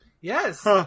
Yes